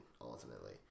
ultimately